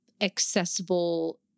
accessible